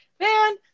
man